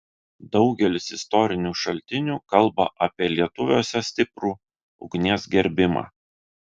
daugelis istorinių šaltinių kalba apie lietuviuose stiprų ugnies gerbimą